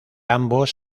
ambos